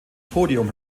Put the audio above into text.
podium